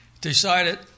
decided